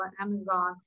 Amazon